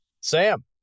Sam